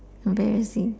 embarrassing